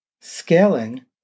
scaling